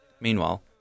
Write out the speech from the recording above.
Meanwhile